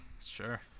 sure